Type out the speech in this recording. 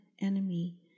enemy